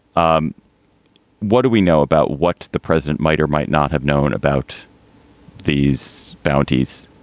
um what do we know about what the president might or might not have known about these bounty's?